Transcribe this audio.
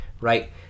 right